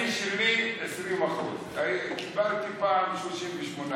השיא שלי הוא 20%. קיבלתי פעם 38%,